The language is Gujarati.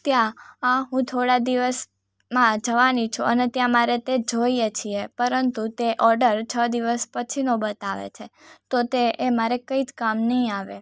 ત્યાં આ હું થોડા દિવસમાં જવાની છું અને ત્યાં મારે તે જોઈએ છીએ પરંતુ તે ઓર્ડર છ દિવસ પછીનો બતાવે છે તો તે એ મારે કંઈ જ કામ નહીં આવે